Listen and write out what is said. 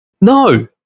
No